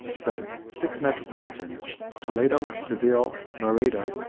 the six metropolitans, toledo, seville, merida,